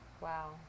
Wow